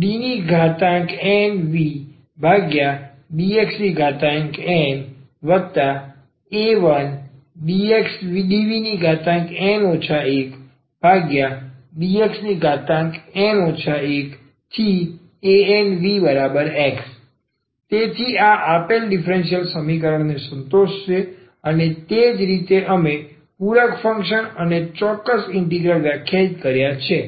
dnvdxna1dn 1vdxn 1anvX તેથી આ આપેલ ડીફરન્સીયલ સમીકરણને સંતોષશે અને તે જ રીતે અમે પૂરક ફંક્શન અને ચોક્કસ ઇન્ટિગ્રલ વ્યાખ્યાયિત કર્યા છે